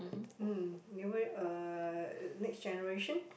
mm newer uh next generation